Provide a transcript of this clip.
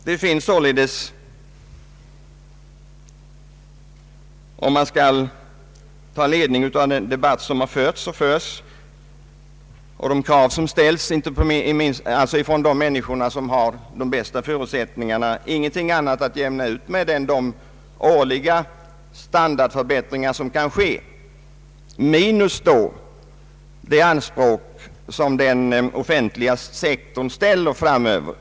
Med ledning av den debatt som på området förs samt de krav som ställs från de grupper som har de bästa ekonomiska förutsättningarna, så finns det inte något annat att jämna ut med än de årliga produktivitetsökningarna som sker minus de ökade anspråk som den offentliga sektorn ställer framöver.